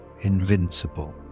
invincible